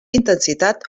intensitat